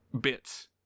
bits